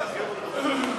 משרד התחבורה והבטיחות,